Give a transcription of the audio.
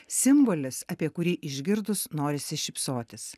simbolis apie kurį išgirdus norisi šypsotis